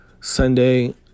Sunday